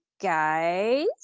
guys